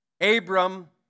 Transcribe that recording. Abram